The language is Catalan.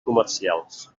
comercials